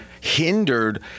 hindered